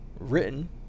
Written